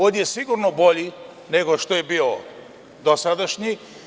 On je sigurno bolji nego što je bio dosadašnji.